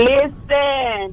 Listen